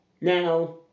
Now